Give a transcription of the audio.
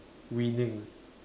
winning